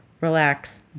Relax